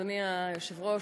אדוני היושב-ראש,